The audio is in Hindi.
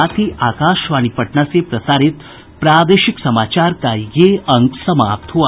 इसके साथ ही आकाशवाणी पटना से प्रसारित प्रादेशिक समाचार का ये अंक समाप्त हुआ